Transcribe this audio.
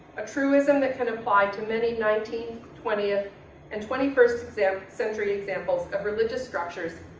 a truism that kind of apply to many nineteenth, twentieth and twenty first exempt century examples of religious structures,